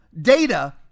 data